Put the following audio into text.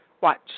watch